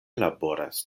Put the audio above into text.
laboras